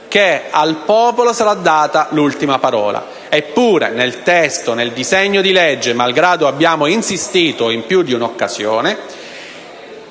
che al popolo sarà data l'ultima parola. Eppure, nel testo del disegno di legge, malgrado abbiamo insistito in più di una occasione,